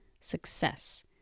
Success